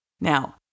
Now